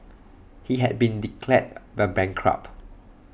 he had been declared the bankrupt